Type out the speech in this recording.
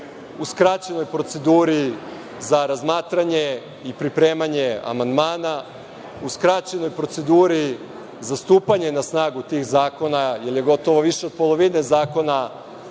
u skraćenoj proceduri za razmatranje i pripremanje amandmana, u skraćenoj proceduri za stupanje na snagu tih zakona, jer je gotovo više od polovine zakona